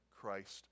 Christ